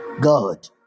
God